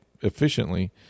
efficiently